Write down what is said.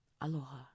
Aloha